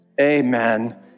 Amen